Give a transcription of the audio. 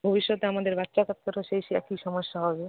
ভবিষ্যতে আমাদের বাচ্চাকাচ্চারা সেই সে একই সমস্যা হবে